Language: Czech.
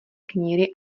kníry